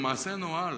הוא מעשה נואל,